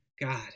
God